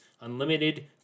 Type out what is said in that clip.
Unlimited